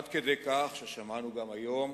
עד כדי כך, ששמענו גם היום